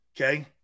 okay